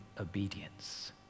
obedience